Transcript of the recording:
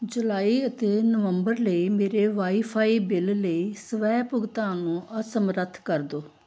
ਜੁਲਾਈ ਅਤੇ ਨਵੰਬਰ ਲਈ ਮੇਰੇ ਵਾਈਫਾਈ ਬਿੱਲ ਲਈ ਸਵੈ ਭੁਗਤਾਨ ਨੂੰ ਅਸਮਰੱਥ ਕਰ ਦਿਓ